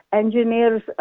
engineers